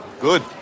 Good